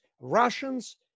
Russians